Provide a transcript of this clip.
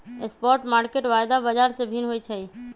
spot market वायदा बाजार से भिन्न होइ छइ